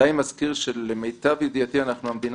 די אם אני אזכיר שלמיטב ידיעתי אנחנו המדינה